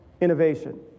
Innovation